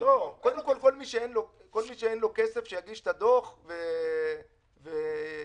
לו היום שיכול להיות שיגיע מצב שבחודש אוגוסט הוא